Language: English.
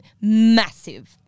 massive